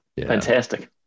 Fantastic